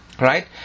Right